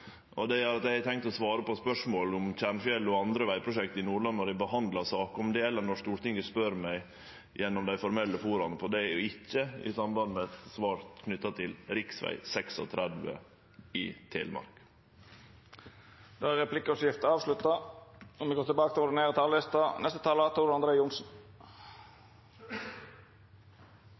Det gjer at eg har tenkt å svare på spørsmål om Tjernfjelltunnelen og andre vegprosjekt i Nordland når vi behandlar saker om det, eller når Stortinget spør meg gjennom dei formelle foruma, og ikkje i samband med svar knytte til rv. 36 i Telemark. Replikkordskiftet er avslutta. Dei talarane som heretter får ordet, har ei taletid på inntil 3 minutt. Jeg har også lyst til